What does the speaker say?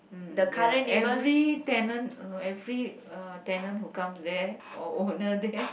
mm ya every tenant uh every uh tenant who comes there or owner there